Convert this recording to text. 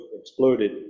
exploded